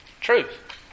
Truth